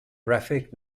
graphic